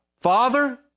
Father